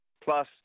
plus